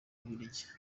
bubirigi